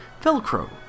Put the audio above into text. Velcro